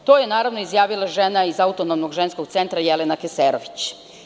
To je izjavila žena iz Autonomnog ženskog centra, Jelena Keserović.